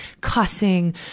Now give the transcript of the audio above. cussing